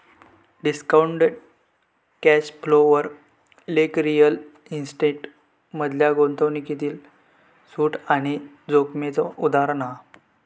discounted cash flow वर लेख real estate मधल्या गुंतवणूकीतील सूट आणि जोखीमेचा उदाहरण हा